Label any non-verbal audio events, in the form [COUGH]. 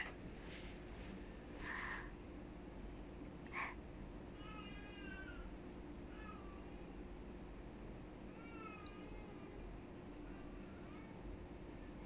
[LAUGHS]